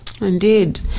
Indeed